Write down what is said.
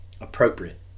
appropriate